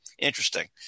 Interesting